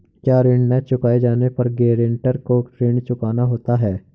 क्या ऋण न चुकाए जाने पर गरेंटर को ऋण चुकाना होता है?